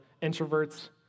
introvert's